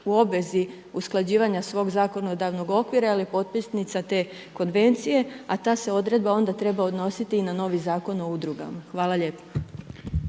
u obvezi usklađivanja svog zakonodavnog okvira jer je potpisnica te konvencije a ta se odredba onda treba odnositi i na novi Zakon o udrugama. Hvala lijepa.